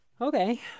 Okay